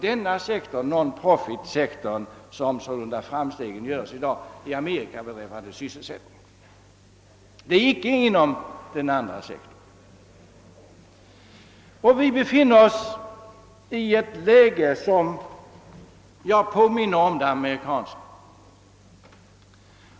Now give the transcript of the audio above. Det finns icke inom den andra sektorn. Vi befinner oss i ett läge som påminner om det amerikanska.